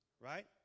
right